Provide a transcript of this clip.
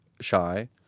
shy